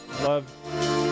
love